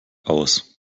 aus